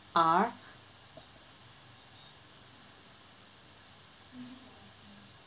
are